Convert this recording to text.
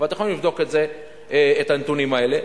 ואתם יכולים לבדוק את הנתונים האלה.